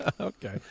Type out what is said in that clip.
okay